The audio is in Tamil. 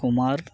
குமார்